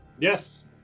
Yes